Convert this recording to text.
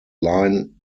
line